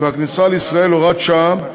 והכניסה לישראל (הוראת שעה),